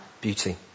beauty